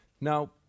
Now